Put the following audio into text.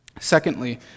Secondly